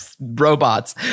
robots